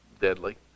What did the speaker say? deadly